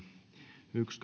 yksi